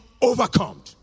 overcome